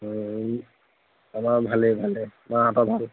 আমাৰ ভালেই ভালে মাহঁতৰ ভাল